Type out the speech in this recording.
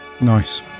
nice